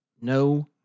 No